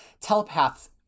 telepaths